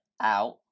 out